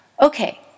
Okay